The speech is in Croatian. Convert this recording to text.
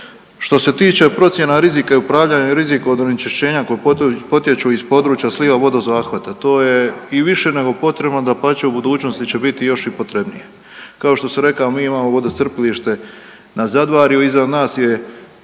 Što se tiče procjena rizika i upravljanja rizikom od onečišćenja koja potječu iz područja sliva vodozahvata, to je i više nego potrebno, dapače u budućnosti će biti još i potrebnije. Kao što sam rekao mi imamo vodocrpilište na Zadvarju, iza nas je